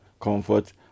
comfort